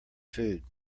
food